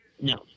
No